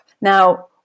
Now